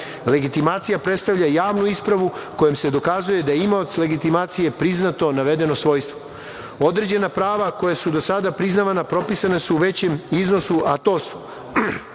Legitimacija predstavlja javnu ispravu kojom se dokazuje da je imaocu legitimacije priznato navedeno svojstvo. Određena prava koja su do sada priznavana propisana su u većem iznosu, a to su,